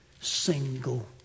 single